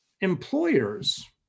employers